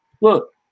Look